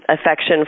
affection